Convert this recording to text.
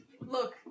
Look